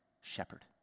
shepherd